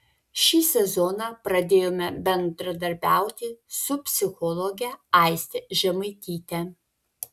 šį sezoną pradėjome bendradarbiauti su psichologe aiste žemaityte